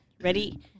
Ready